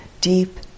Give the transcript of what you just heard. deep